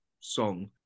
song